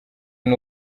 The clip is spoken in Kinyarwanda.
ari